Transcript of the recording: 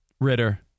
Ritter